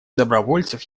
добровольцев